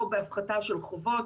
או בהפחתה של חובות